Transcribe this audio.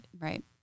Right